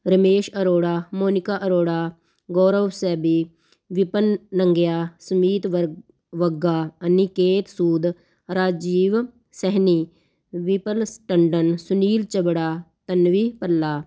ਰਮੇਸ਼ ਅਰੋੜਾ ਮੋਨਿਕਾ ਅਰੋੜਾ ਗੌਰਵ ਸੈਬੀ ਵਿਪਨ ਨੰਗਿਆ ਸੁਮੀਤ ਬਰ ਬੱਗਾ ਅਨਿਕੇਤ ਸੂਦ ਰਾਜੀਵ ਸਹਿਨੀ ਵਿਪਨ ਸਟੰਡਨ ਸੁਨੀਲ ਚਬੜਾ ਤਨਵੀ ਭੱਲਾ